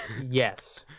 Yes